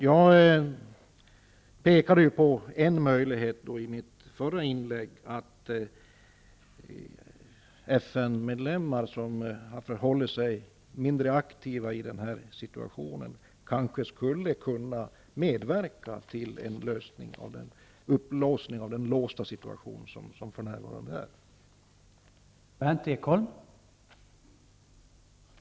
Jag pekade i mitt förra inlägg på en möjlighet, nämligen att FN-medlemmar som har förhållit sig mindre aktiva i denna situation kanske skulle kunna medverka till en lösning av den låsta situation som för närvarande råder.